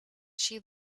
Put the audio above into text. she